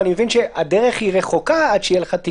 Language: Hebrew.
היא שולחת מפקח.